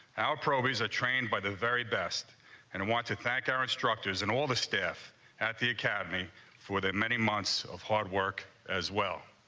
our pro is a trained by the very best and i want to thank our instructors and all the staff at the academy for the many months of hard work as well